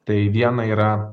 tai viena yra